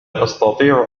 أستطيع